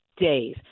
days